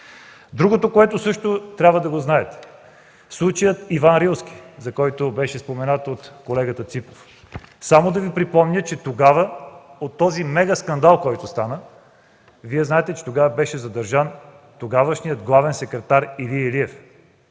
Другото, което също трябва да знаете, е случаят „Иван Рилски”, за който беше споменато от колегата Ципов. Само ще Ви припомня, че тогава по този мегаскандал, който стана, Вие знаете, че тогава беше задържан тогавашният главен секретар Илия Илиев.